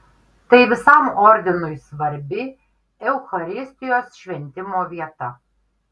tai visam ordinui svarbi eucharistijos šventimo vieta